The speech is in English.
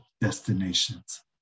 destinations